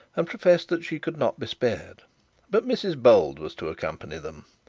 and professed that she could not be spared but mrs bold was to accompany them.